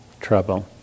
trouble